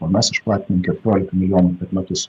o mes išplatinam keturiolika milijonų per metus